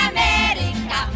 America